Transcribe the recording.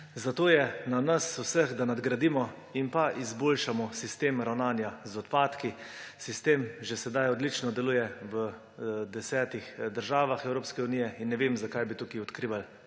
Zato je na nas vseh, da nadgradimo in izboljšamo sistem ravnanja z odpadki. Sistem že sedaj odlično deluje v desetih državah Evropske unije in ne vem, zakaj bi tukaj odkrivali